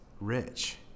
rich